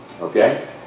Okay